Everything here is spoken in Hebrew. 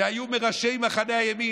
שהיו מראשי מחנה הימין.